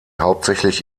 hauptsächlich